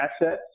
assets